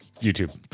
YouTube